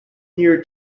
near